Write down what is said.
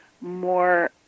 more